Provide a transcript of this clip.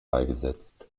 beigesetzt